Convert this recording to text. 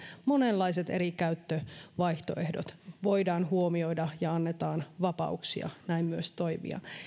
monenlaiset eri käyttövaihtoehdot voidaan huomioida ja annetaan vapauksia näin myös toimia